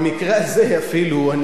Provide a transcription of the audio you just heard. זה היה אפור.